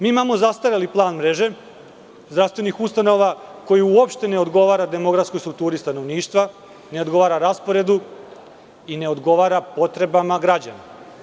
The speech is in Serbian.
Mi imamo zastareli plan mreže zdravstvenih ustanova koji uopšte ne odgovara demokratskoj strukturi stanovništva, ne odgovara rasporedu i ne odgovara potrebama građana.